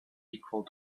equal